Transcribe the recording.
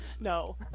No